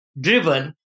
driven